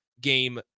game